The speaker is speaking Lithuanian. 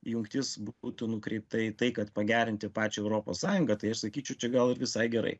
jungtis būtų nukreipta į tai kad pagerinti pačią europos sąjungą tai aš sakyčiau čia gal ir visai gerai